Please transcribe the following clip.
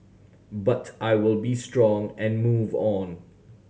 but I will be strong and move on